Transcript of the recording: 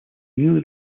newly